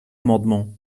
amendement